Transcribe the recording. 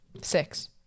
Six